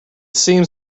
seems